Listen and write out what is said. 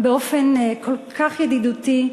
באופן כל כך ידידותי,